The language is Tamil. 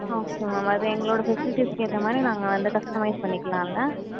ஓகே மேம் அது எங்களோட ஃபெசிலிட்டிஸ்க்கு ஏற்ற மாதிரி நாங்கள் வந்து கஸ்டமைஸ் பண்ணிக்கிலாம்லே